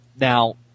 now